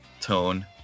tone